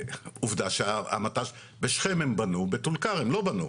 עובדה שאת המט"ש בנו בשכם ובטול כרם לא בנו.